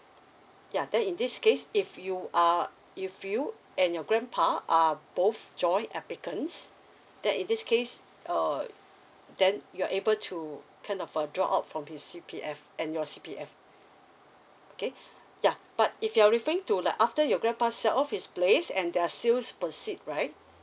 ya then in this case if you are if you and your grandpa are both joint applicants then in this case uh then you're able to kind of uh draw off from his C_P_F and your C_P_F okay but ya if you're referring to like after your grandpa sell off his place and there are sales proceed right